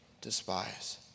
despise